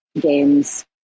games